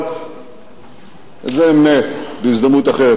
אבל את זה אמנה בהזדמנות אחרת.